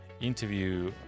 interview